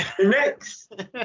Next